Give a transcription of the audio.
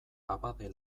abade